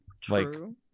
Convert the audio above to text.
True